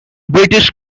british